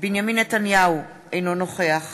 בנימין נתניהו, אינו נוכח